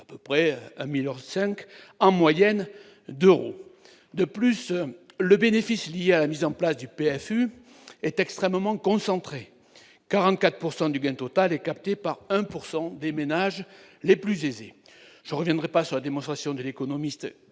environ 1,5 million d'euros par an. De plus, le bénéfice lié à la mise en place du PFU est extrêmement concentré : 44 % du gain total est capté par le 1 % des ménages les plus aisés. Je ne reviendrai pas sur la démonstration de l'économiste